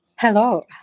Hello